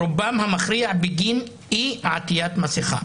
רובם המכריע בגין אי-עטיית מסכה.